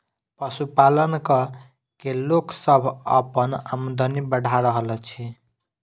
पशुपालन क के लोक सभ अपन आमदनी बढ़ा रहल अछि